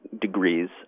degrees